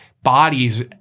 bodies